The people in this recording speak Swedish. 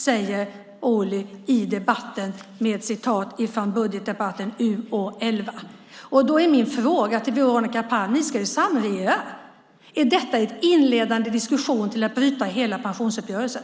Jag har en fråga till Veronica Palm. Ni ska ju samregera. Är detta en inledande diskussion till att bryta hela pensionsuppgörelsen?